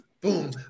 Boom